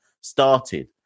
started